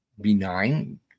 benign